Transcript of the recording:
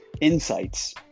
insights